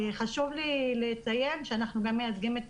חשוב לי לציין שאנחנו גם מייצגים את